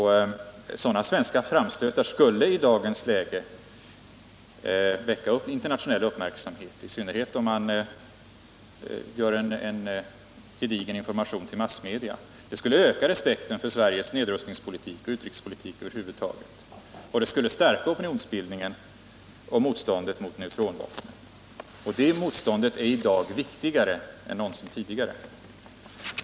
Sådana svenska framstötar skulle i dagens läge väcka internationell uppmärksamhet, i synnerhet om man ger en gedigen information till massmedia. Det skulle öka respekten för Sveriges nedrustningspolitik och utrikespolitik över huvud taget, och det skulle stärka opinionsbildningen och motståndet mot neutronbomben. Det motståndet är i dag viktigare än någonsin tidigare.